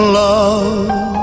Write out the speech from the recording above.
love